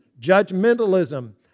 judgmentalism